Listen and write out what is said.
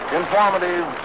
informative